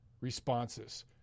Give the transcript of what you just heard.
responses